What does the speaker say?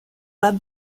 web